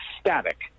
static